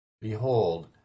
Behold